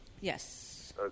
Yes